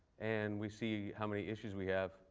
and we see how many issues we have.